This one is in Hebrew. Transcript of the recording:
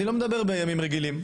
אני לא מדבר על ימים רגילים,